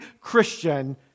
Christian